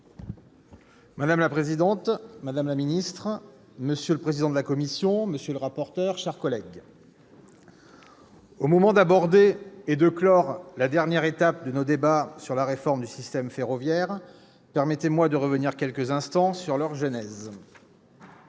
Madame la présidente, madame la ministre, monsieur le président de la commission, monsieur le rapporteur, mes chers collègues, alors que nous abordons la dernière étape de nos débats sur la réforme du système ferroviaire, permettez-moi de revenir quelques instants sur la genèse